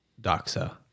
Doxa